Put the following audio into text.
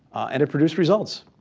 and it produced results.